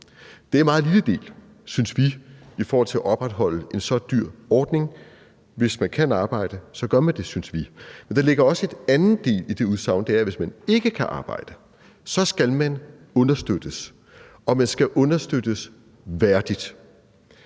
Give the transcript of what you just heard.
Det er en meget lille del, synes vi, i forhold til at opretholde en så dyr ordning. Hvis man kan arbejde, gør man det, synes vi. Den anden ting, der ligger i det udsagn, er, at hvis man ikke kan arbejde, skal man understøttes, og man skal understøttes værdigt.